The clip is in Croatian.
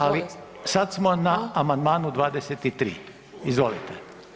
Ali sad smo na amandmanu 23., izvolite.